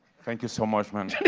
thank you so much, man.